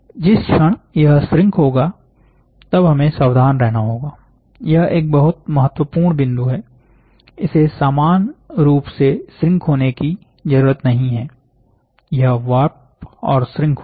जिस क्षण यह श्रिंक होगा तब हमें सावधान रहना होगा यह एक बहुत महत्वपूर्ण बिंदु हैइसे समान रूप से श्रिंक होने की जरूरत नहीं है यह वार्प और श्रिंक होगा